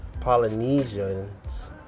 Polynesians